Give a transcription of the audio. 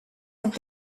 have